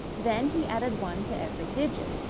then he added one to every digit.